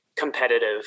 competitive